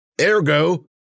Ergo